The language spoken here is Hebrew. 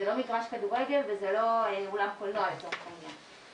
זה לא מגרש כדורגל וזה לא אולם קולנוע לצורך העניין.